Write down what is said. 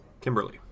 Kimberly